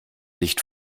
licht